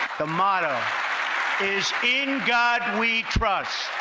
the motto is in god we trust.